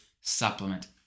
supplement